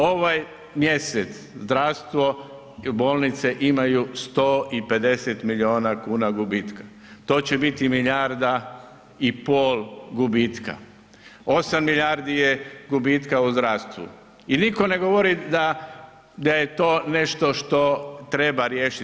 Ovaj mjesec zdravstvo, bolnice imaju 150 milijuna kuna gubitka, to će biti milijarda i pol gubitka, 8 milijardi gubitka je u zdravstvu i nitko ne govori da je to nešto što treba riješiti.